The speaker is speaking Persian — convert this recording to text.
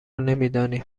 نمیدانیم